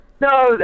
No